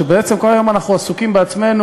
שבעצם כל היום אנחנו עסוקים בעצמנו,